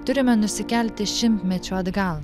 turime nusikelti šimtmečiu atgal